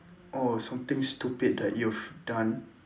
oh something stupid that you've done